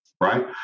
right